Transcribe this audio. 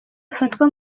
afatwa